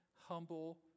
humble